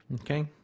Okay